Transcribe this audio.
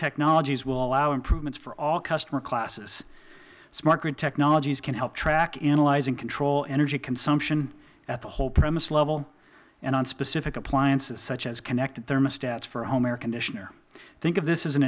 technologies will allow improvements for all customer classes smart grid technologies can help track analyze and control energy consumption at the whole premise level and on specific appliances such as connected thermostats for a home air conditioner think of this as an